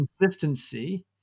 consistency